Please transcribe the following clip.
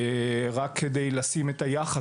רק כדי לשים את היחס,